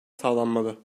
sağlanmalı